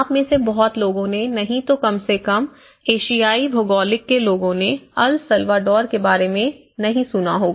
आप में से बहुत लोगों ने नहीं तो कम से कम एशियाई भौगोलिक के लोगों ने अल सल्वाडोर के बारे में नहीं सुना होगा